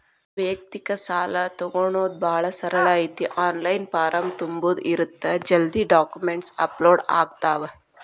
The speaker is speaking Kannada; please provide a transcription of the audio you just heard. ವ್ಯಯಕ್ತಿಕ ಸಾಲಾ ತೊಗೋಣೊದ ಭಾಳ ಸರಳ ಐತಿ ಆನ್ಲೈನ್ ಫಾರಂ ತುಂಬುದ ಇರತ್ತ ಜಲ್ದಿ ಡಾಕ್ಯುಮೆಂಟ್ಸ್ ಅಪ್ಲೋಡ್ ಆಗ್ತಾವ